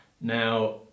Now